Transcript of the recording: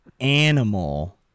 animal